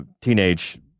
teenage